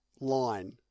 line